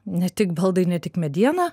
ne tik baldai ne tik mediena